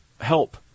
help